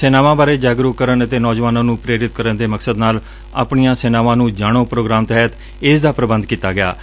ਸੈਨਾਵਾ ਬਾਰੇ ਜਾਗਰੂਕ ਕਰਨ ਅਤੇ ਨੌਜਵਾਨਾ ਨੂੰ ਪ੍ਰੇਰਿਤ ਕਰਨ ਦੇ ਮਕਸਦ ਨਾਲ ਆਪਣੀਆ ਸੈਨਾਵਾ ਨੂੰ ਜਾਣੋ ਪ੍ਰੋਗਰਾਮ ਤਹਿਤ ਇਸ ਦਾ ਪ੍ਰਬੰਧ ਕੀਤਾ ਗਿਆਂ